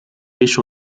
riche